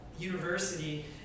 University